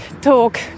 talk